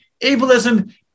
ableism